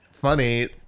funny